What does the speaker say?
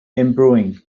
improving